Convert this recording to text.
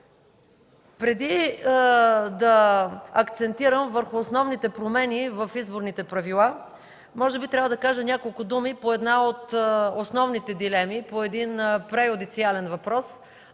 Преди да акцентирам върху основните промени в изборните правила, може би трябва да кажа няколко думи по една от основните дилеми, по един преюдициален въпрос,